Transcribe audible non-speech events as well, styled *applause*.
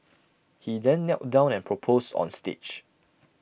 *noise* he then knelt down and proposed on stage